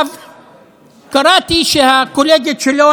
קראתי שהקולגות שלו,